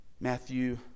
Matthew